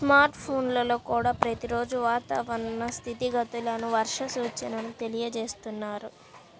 smart ఫోన్లల్లో కూడా ప్రతి రోజూ వాతావరణ స్థితిగతులను, వర్ష సూచనల తెలియజేస్తున్నారు